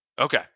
okay